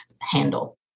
handle